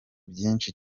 byinshi